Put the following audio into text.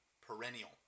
Perennial